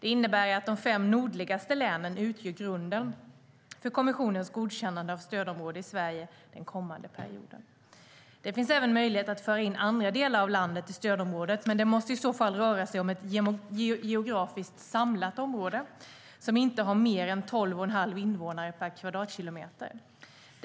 Det innebär att de fem nordligaste länen utgör grunden för kommissionens godkännande av stödområde i Sverige den kommande perioden. Det finns även möjlighet att föra in andra delar av landet i stödområdet, men det måste i så fall röra sig om ett geografiskt samlat område som inte har mer än 12 1⁄2 invånare per kvadratkilometer.